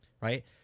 Right